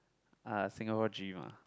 ah Singapore dream ah